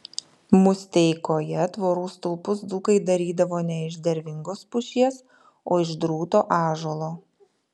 musteikoje tvorų stulpus dzūkai darydavo ne iš dervingos pušies o iš drūto ąžuolo